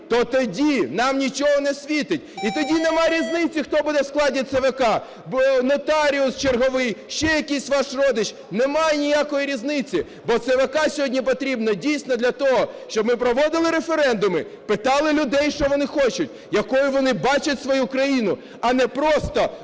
то тоді нам нічого не світить. І тоді нема різниці, хто буде в складі ЦВК – нотаріус черговий, ще якийсь ваш родич – немає ніякої різниці. Бо ЦВК сьогодні потрібно, дійсно, для того, щоб ми проводили референдуми, питали людей, що вони хочуть, якою вони бачать свою країну, а не просто